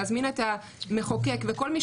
של המצוקה של אוכלוסייה מאוד גדולה,